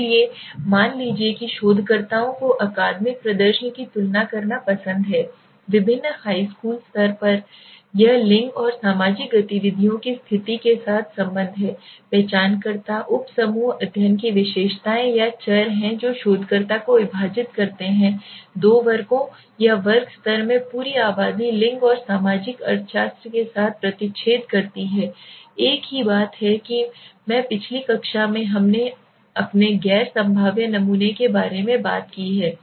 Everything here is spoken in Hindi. इसलिए मान लीजिए कि शोधकर्ताओं को अकादमिक प्रदर्शन की तुलना करना पसंद है विभिन्न हाई स्कूल स्तर के स्तर यह लिंग और सामाजिक गतिविधियों की स्थिति के साथ संबंध है पहचानकर्ता उपसमूह अध्ययन की विशेषताएँ या चर हैं जो शोधकर्ता को विभाजित करते हैं दो वर्गों या वर्ग स्तर में पूरी आबादी लिंग और सामाजिक अर्थशास्त्र के साथ प्रतिच्छेद करती है एक ही बात है कि मैं पिछली कक्षा में हमने अपने गैर संभाव्य नमूने के बारे में बात की है